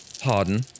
pardon